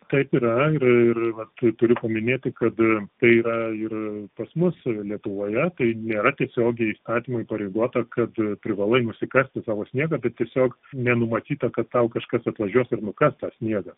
taip yra ir ir vat turiu paminėti kad tai yra ir pas mus lietuvoje tai nėra tiesiogiai įstatymu įpareigota kad privalai nusikasti savo sniegą bet tiesiog nenumatyta kad tau kažkas atvažiuos ir nukas tą sniegą